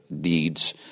deeds